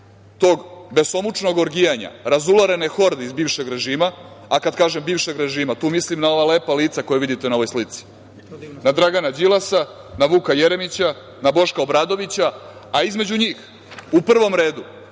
tog besomučnog orgijanja razularene horde iz bivšeg režima, a kad kažem bivšeg režima, tu mislim na ova lepa lica koje vidite na ovoj slici, na Dragana Đilasa, na Vuka Jeremića, na Boška Obradovića, a između njih u prvom redu